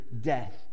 death